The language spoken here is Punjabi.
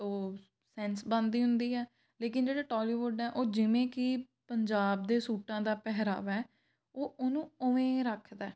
ਉਹ ਸੈਂਸ ਬਣਦੀ ਹੁੰਦੀ ਹੈ ਲੇਕਿਨ ਜਿਹੜਾ ਟੋਲੀਵੁੱਡ ਹੈ ਉਹ ਜਿਵੇਂ ਕਿ ਪੰਜਾਬ ਦੇ ਸੂਟਾਂ ਦਾ ਪਹਿਰਾਵਾ ਹੈ ਉਹ ਉਹਨੂੰ ਉਵੇਂ ਰੱਖਦਾ